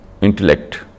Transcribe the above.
intellect